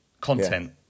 content